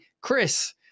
Chris